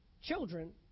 children